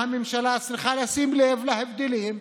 והממשלה צריכה לשים לב להבדלים,